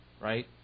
right